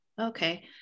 Okay